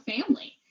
family